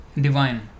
divine